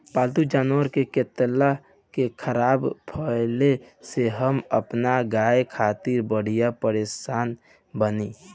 पाल्तु जानवर के कत्ल के ख़बर फैले से हम अपना गाय खातिर बड़ी परेशान बानी